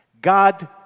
God